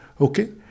Okay